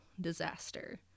disaster